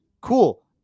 Cool